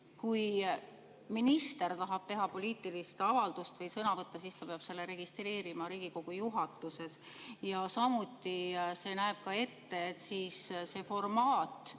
kui minister tahab teha poliitilist avaldust või sõna võtta, siis ta peab selle registreerima Riigikogu juhatuses. Samuti näeb see ette formaadi,